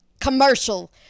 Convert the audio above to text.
commercial